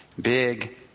big